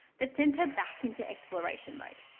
that sends her back into exploration mode.